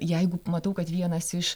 ne jeigu matau kad vienas iš